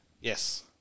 Yes